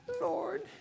Lord